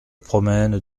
promènent